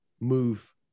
move